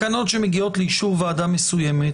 תקנות שמגיעות לאישור ועדה מסוימת,